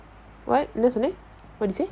what என்னசொன்ன:enna sonna what you say